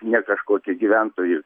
ne kažkokie gyventoji